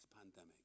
pandemic